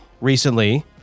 recently